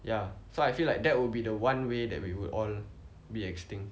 ya so I feel like that would be the one way that we would all be extinct